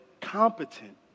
competent